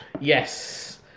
Yes